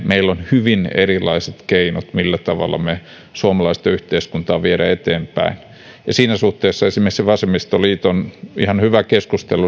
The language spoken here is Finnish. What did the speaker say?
meillä on hyvin erilaiset keinot millä tavalla me suomalaista yhteiskuntaa viemme eteenpäin siinä suhteessa esimerkiksi vasemmistoliiton ihan hyvä keskustelu